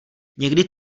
někdy